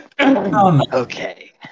Okay